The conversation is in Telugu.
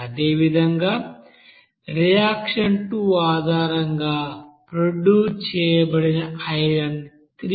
అదేవిధంగా రియాక్షన్ 2 ఆధారంగా ప్రొడ్యూస్ చేయబడిన ఐరన్ 3X72